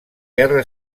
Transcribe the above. guerra